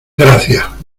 gracias